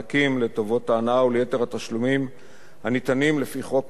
טובות ההנאה ויתר התשלומים הניתנים לפי חוק משפחות חיילים.